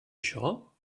això